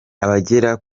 abagera